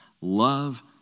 love